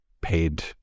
paid